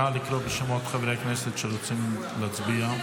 נא לקרוא בשמות חברי הכנסת שרוצים להצביע.